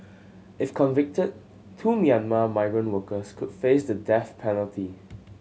if convicted two Myanmar migrant workers could face the death penalty